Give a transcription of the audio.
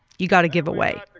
you got to give away.